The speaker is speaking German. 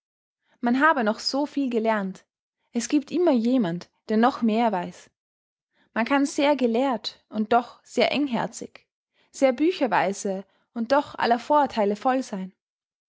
man habe noch so viel gelernt es gibt immer jemand der noch mehr weiß man kann sehr gelehrt und doch sehr engherzig sehr bücherweise und doch aller vorurtheile voll sein